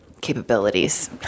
capabilities